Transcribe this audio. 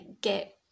get